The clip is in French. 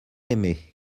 aimée